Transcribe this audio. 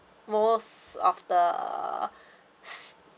most of the